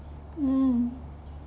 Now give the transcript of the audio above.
mm